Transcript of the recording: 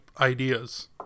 ideas